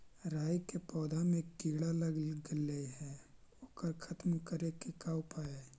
राई के पौधा में किड़ा लग गेले हे ओकर खत्म करे के का उपाय है?